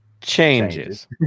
Changes